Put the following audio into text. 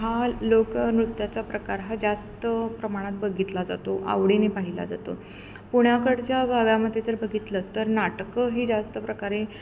हा लोकनृत्याचा प्रकार हा जास्त प्रमाणात बघितला जातो आवडीने पाहिला जातो पुण्याकडच्या भागामध्ये जर बघितलं तर नाटकं ही जास्त प्रकारे